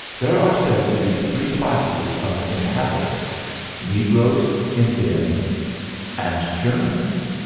there are said to be three classes of inhabitants negroes, indians and germans.